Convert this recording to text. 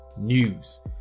news